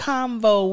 Combo